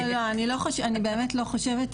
אני באמת לא חושבת,